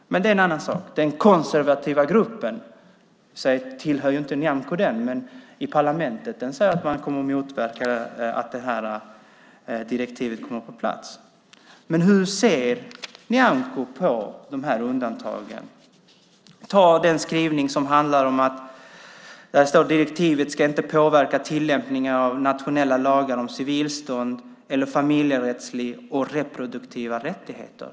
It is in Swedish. Men det är en annan sak. Den konservativa gruppen i parlamentet - nu tillhör i och för sig inte Nyamko den - säger att man kommer att motverka att direktivet kommer på plats. Hur ser Nyamko på undantagen? Ta den skrivning som säger att direktivet inte ska påverka tillämpningen av nationella lagar om civilstånd eller familjerättslig ställning och reproduktiva rättigheter.